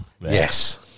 Yes